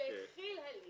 התחיל הליך